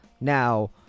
Now